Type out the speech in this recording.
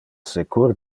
secur